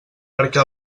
perquè